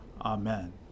Amen